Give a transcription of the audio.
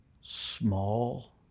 small